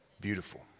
Beautiful